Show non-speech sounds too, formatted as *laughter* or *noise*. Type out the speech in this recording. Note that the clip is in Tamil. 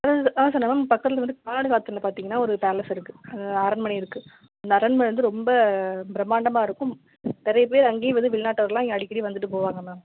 *unintelligible* அதான் சொன்னேன் மேம் பக்கத்தில் வந்து கானாடுகாத்தானில் பார்த்தீங்கன்னா ஒரு பேலஸ் இருக்குது அரண்மனை இருக்குது அந்த அரண்மனை வந்து ரொம்ப பிரமாண்டமாக இருக்கும் நிறைய பேர் அங்கேயும் வந்து வெளிநாட்டவர்கள்லாம் இங்கே அடிக்கடி வந்துவிட்டு போவாங்க மேம்